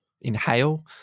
inhale